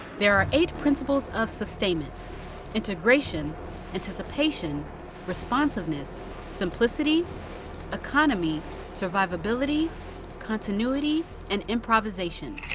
there are eight principles of sustainment integration anticipation responsiveness simplicity economy survivability continuity and improvisation.